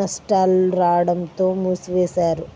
నష్టాలు రాడంతో మూసివేశారు